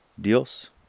Dios